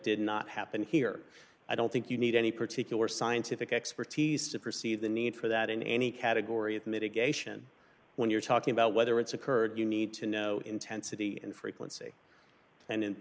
did not happen here i don't think you need any particular scientific expertise to perceive the need for that in any category of mitigation when you're talking about whether it's occurred you need to know intensity and frequency and